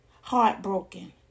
Heartbroken